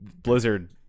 blizzard